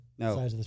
No